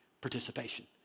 participation